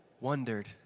wondered